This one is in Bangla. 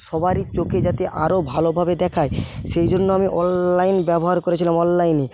সবারই চোখে যাতে আরো ভালোভাবে দেখায় সেইজন্য আমি অনলাইন ব্যবহার করেছিলাম অনলাইনে